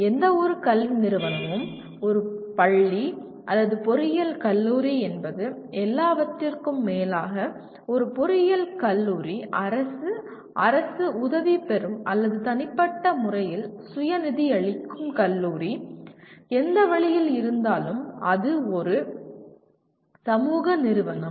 எந்தவொரு கல்வி நிறுவனமும் ஒரு பள்ளி அல்லது பொறியியல் கல்லூரி என்பது எல்லாவற்றிற்கும் மேலாக ஒரு பொறியியல் கல்லூரி அரசு அரசு உதவி பெறும் அல்லது தனிப்பட்ட முறையில் சுய நிதியளிக்கும் கல்லூரி எந்த வழியில் இருந்தாலும் அது ஒரு சமூக நிறுவனம்